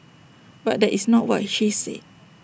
but that is not what she said